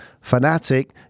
fanatic